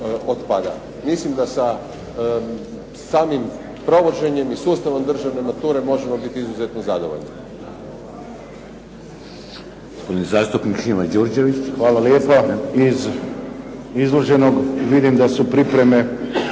Mislim da sa samim provođenjem i sustavom državne mature možemo biti izuzetno zadovoljni.